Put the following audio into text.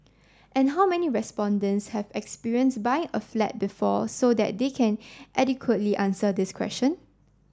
and how many respondents have experience buying a flat before so that they can adequately answer this question